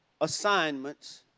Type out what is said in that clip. assignments